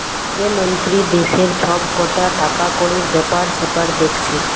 যে মন্ত্রী দেশের সব কটা টাকাকড়ির বেপার সেপার দেখছে